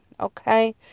Okay